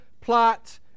plot